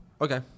Okay